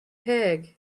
pig